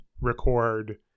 record